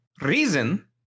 reason